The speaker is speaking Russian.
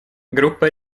группа